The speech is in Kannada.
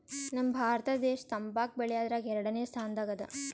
ನಮ್ ಭಾರತ ದೇಶ್ ತಂಬಾಕ್ ಬೆಳ್ಯಾದ್ರಗ್ ಎರಡನೇ ಸ್ತಾನದಾಗ್ ಅದಾ